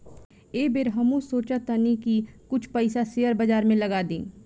एह बेर हमहू सोचऽ तानी की कुछ पइसा शेयर बाजार में लगा दी